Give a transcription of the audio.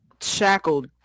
shackled